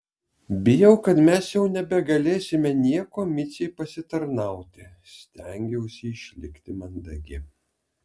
bijau kad mes jau nebegalėsime niekuo micei pasitarnauti stengiausi išlikti mandagi